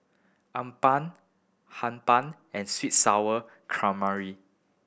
appam Hee Pan and sweet and Sour Calamari